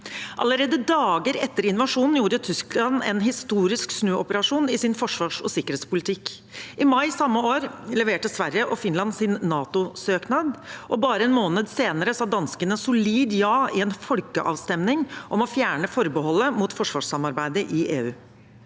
Allerede dager etter invasjonen gjorde Tyskland en historisk snuoperasjon i sin forsvars- og sikkerhetspolitikk. I mai samme år leverte Sverige og Finland sin NATO-søknad, og bare en måned senere sa danskene solid ja i en folkeavstemning om å fjerne forbeholdet mot forsvarssamarbeidet i EU.